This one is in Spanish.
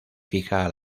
fija